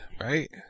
right